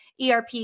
ERP